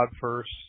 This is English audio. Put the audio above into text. first